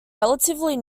relatively